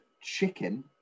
chicken